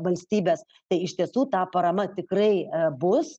valstybės tai iš tiesų ta parama tikrai bus